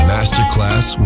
Masterclass